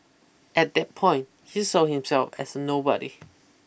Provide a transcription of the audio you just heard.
at that point he saw himself as a nobody